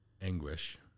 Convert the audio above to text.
anguish